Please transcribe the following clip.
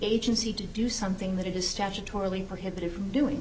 agency to do something that it is statutorily prohibited from doing